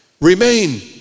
remain